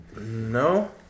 No